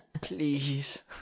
please